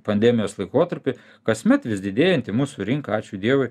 pandemijos laikotarpį kasmet vis didėjanti mūsų rinka ačiū dievui